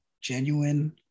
genuine